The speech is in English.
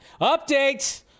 Update